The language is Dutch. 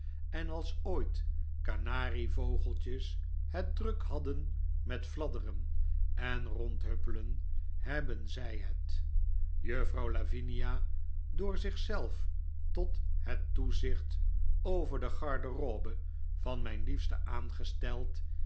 en als ooit kanarievogeltjes het druk hadden met fladderen en rondhuppelen hebben zij het juffrouw lavinia door zich zelf tot het toezicht over de garderobe van mijn liefste aangesteld